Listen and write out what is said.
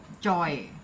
joy